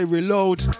Reload